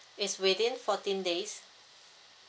is within fourteen days